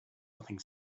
nothing